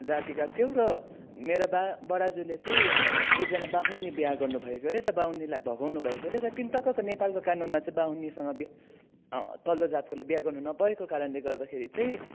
जातिका थियौँ र मेरा बा बराजुले चाहिँ एकजना बाहुनी बिहे गर्नु भएको अरे र बाहुनीलाई भगाउनु भएको अरे त तिनताकका नेपालको कानुनमा चाहिँ बाहुनीसँग बिहे तल्लो जातकोले बिहे गर्न नभएको कारणले गर्दाखेरि चाहिँ